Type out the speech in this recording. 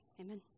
Amen